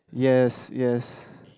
yes yes